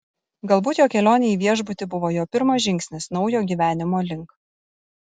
galbūt jo kelionė į viešbutį buvo jo pirmas žingsnis naujo gyvenimo link